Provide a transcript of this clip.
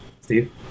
Steve